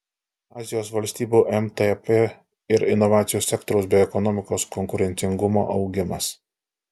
azijos valstybių mtep ir inovacijų sektoriaus bei ekonomikos konkurencingumo augimas